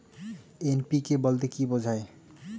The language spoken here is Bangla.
এন.পি.কে বলতে কী বোঝায়?